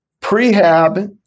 Prehab